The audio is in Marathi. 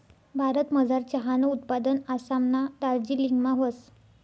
भारतमझार चहानं उत्पादन आसामना दार्जिलिंगमा व्हस